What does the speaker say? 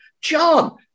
John